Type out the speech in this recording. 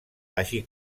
així